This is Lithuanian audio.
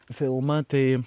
filmą tai